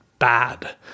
bad